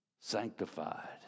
sanctified